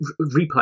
replay